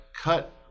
cut